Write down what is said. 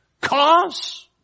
cause